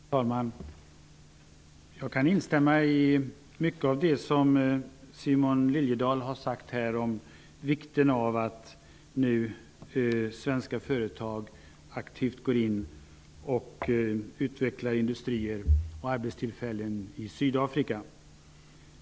Fru talman! Jag kan instämma i mycket av det som Simon Liliedahl har sagt om vikten av att svenska företag nu aktivt går in och utvecklar industrier och arbetstillfällen i Sydafrika.